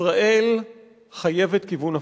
ישראל חייבת כיוון הפוך,